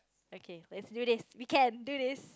okay let's do this we can do this